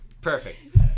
Perfect